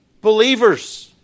Believers